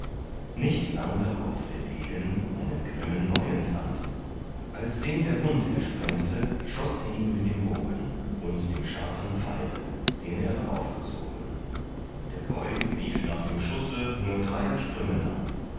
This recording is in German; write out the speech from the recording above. nicht lang darauf der degen einen grimmen leuen fand als den der hund ersprengte schoß er ihn mit dem bogen und dem scharfen pfeile den er darauf gezogen der leu lief nach dem schusse nur dreier sprünge lang